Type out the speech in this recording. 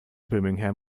birmingham